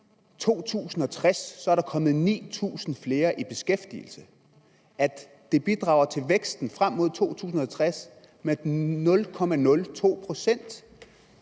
i 2060 er der kommet 9.000 flere i beskæftigelse, og at det bidrager til væksten frem mod 2060 med 0,02 pct.